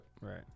Right